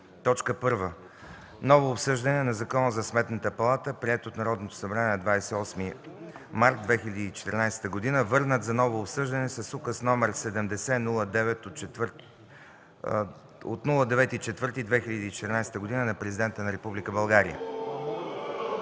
ред: 1. Ново обсъждане на Закона за Сметната палата, приет от Народното събрание на 28 март 2014 г., върнат за ново обсъждане с Указ № 70 от 9 април 2014 г. на Президента на Република България.